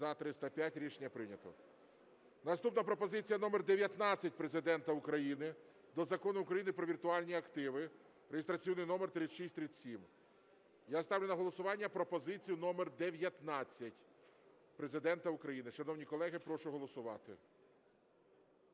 За-305 Рішення прийнято. Наступна пропозиція номер 19 Президента України до Закону України "Про віртуальні активи" (реєстраційний номер 3637). Я ставлю на голосування пропозицію номер 19 Президента України. Шановні колеги, прошу голосувати.